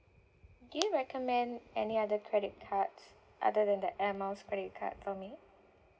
do you recommend any other credit cards other than that air miles credit card for me